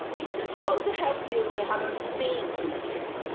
it's supposed to help you learn how to sing in tune.